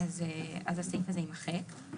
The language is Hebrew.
אז הסעיף הזה יימחק.